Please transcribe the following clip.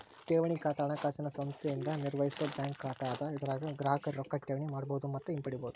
ಠೇವಣಿ ಖಾತಾ ಹಣಕಾಸಿನ ಸಂಸ್ಥೆಯಿಂದ ನಿರ್ವಹಿಸೋ ಬ್ಯಾಂಕ್ ಖಾತಾ ಅದ ಇದರಾಗ ಗ್ರಾಹಕರು ರೊಕ್ಕಾ ಠೇವಣಿ ಮಾಡಬಹುದು ಮತ್ತ ಹಿಂಪಡಿಬಹುದು